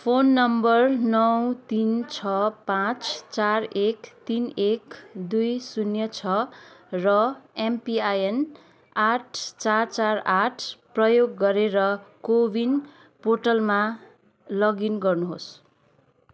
phone number नौ तिन छ पाचँ चार एक तिन एक दुई शून्य छ र एमपिन आठ चार चार आठ प्रयोग गरेर को वीन पोर्टलमा लगइन गर्नुहोस्